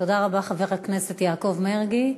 תודה רבה, חבר הכנסת יעקב מרגי.